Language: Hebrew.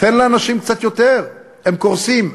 תן לאנשים קצת יותר, הם קורסים.